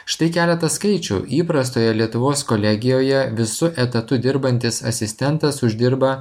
štai keletas skaičių įprastoje lietuvos kolegijoje visu etatu dirbantis asistentas uždirba